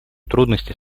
трудностей